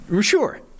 Sure